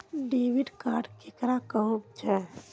Debit card केकरा कहुम छे?